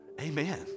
amen